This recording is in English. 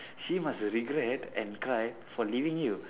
she must regret and cry for leaving you